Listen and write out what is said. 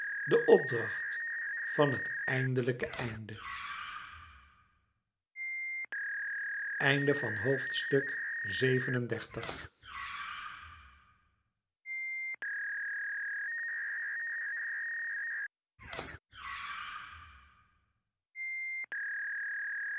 den opdracht van het eindelijke einde